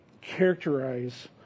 characterize